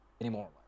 anymore